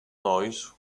noise